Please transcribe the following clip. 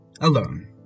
alone